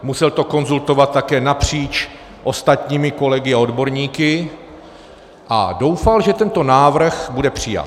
Musel to konzultovat také napříč s ostatními kolegy a odborníky a doufal, že tento návrh bude přijat.